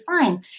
fine